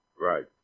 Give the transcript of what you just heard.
Right